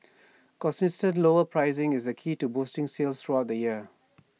consistent lower pricing is key to boosting sales throughout the year